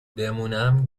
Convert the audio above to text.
بمونم